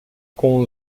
com